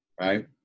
Right